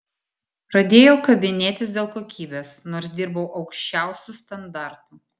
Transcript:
pradėjo kabinėtis dėl kokybės nors dirbau aukščiausiu standartu